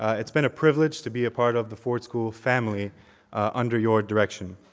it's been a privilege to be a part of the ford school family under your direction,